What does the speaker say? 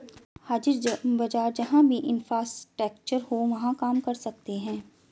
हाजिर बाजार जहां भी इंफ्रास्ट्रक्चर हो वहां काम कर सकते हैं